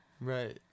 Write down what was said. Right